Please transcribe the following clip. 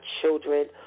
children